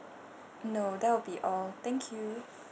no that will be all thank you